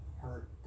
hurt